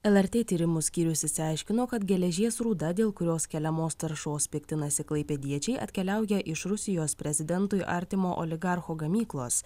lrt tyrimų skyrius išsiaiškino kad geležies rūda dėl kurios keliamos taršos piktinasi klaipėdiečiai atkeliauja iš rusijos prezidentui artimo oligarcho gamyklos